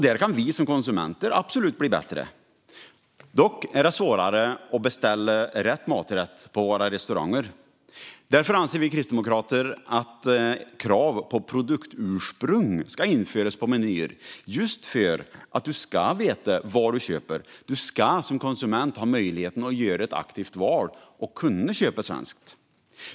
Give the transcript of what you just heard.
Där kan vi som konsumenter absolut bli bättre. Dock är det svårare att beställa rätt maträtt på våra restauranger. Därför anser vi kristdemokrater att krav på produktursprung ska införas på menyerna just för att du ska veta vad du köper. Du ska som konsument ha möjlighet att göra ett aktivt val och köpa svenskt.